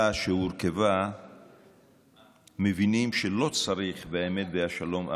שהורכבה מבינים שלא צריך "והאמת והשלום אהבו",